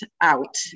out